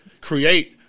create